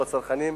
מול הצרכנים,